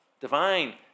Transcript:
divine